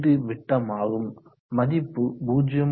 இது விட்டமாகும் மதிப்பு 0